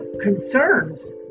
concerns